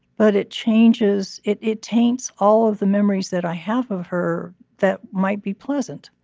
but it changes, it it taints all of the memories that i have of her that might be pleasant.